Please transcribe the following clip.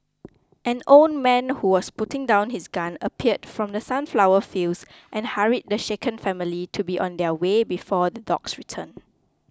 an old man who was putting down his gun appeared from the sunflower fields and hurried the shaken family to be on their way before the dogs return